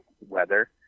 weather